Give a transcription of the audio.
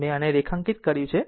મેં આને રેખાંકિત કર્યું છે